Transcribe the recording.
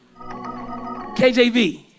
KJV